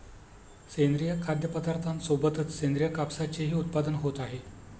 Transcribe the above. सेंद्रिय खाद्यपदार्थांसोबतच सेंद्रिय कापसाचेही उत्पादन होत आहे